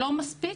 לא מספיק,